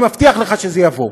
אני מבטיח לך שזה יבוא.